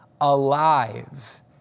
alive